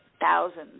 thousands